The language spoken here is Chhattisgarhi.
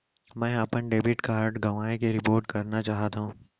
मै हा अपन डेबिट कार्ड गवाएं के रिपोर्ट करना चाहत हव